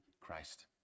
Christ